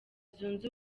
zunze